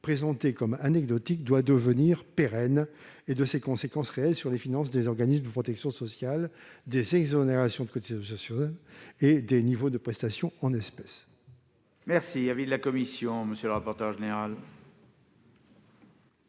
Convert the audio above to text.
présentée comme anecdotique, doit devenir pérenne, et de ses conséquences réelles sur les finances des organismes de protection sociale, les exonérations de cotisations sociales et les niveaux de prestations en espèces. Quel est l'avis de la commission ? La commission-